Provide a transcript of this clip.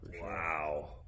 Wow